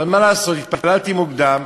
אבל מה לעשות, התפללתי מוקדם,